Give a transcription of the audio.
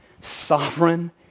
sovereign